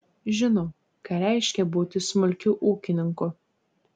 žinau ką reiškia būti smulkiu ūkininku